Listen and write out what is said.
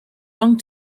long